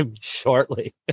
shortly